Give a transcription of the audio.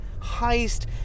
heist